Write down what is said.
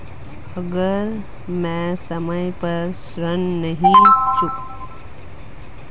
अगर मैं समय पर ऋण नहीं चुका पाया तो क्या मुझे पेनल्टी देनी होगी?